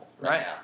Right